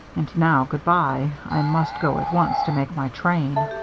and now, good-by. i must go at once to make my train.